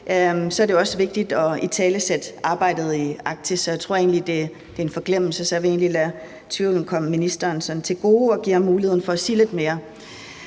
så er det også vigtigt at italesætte arbejdet i Arktis – og jeg tror egentlig, at det er en forglemmelse, så jeg vil lade tvivlen komme ministeren til gode og give ham muligheden for at sige lidt mere.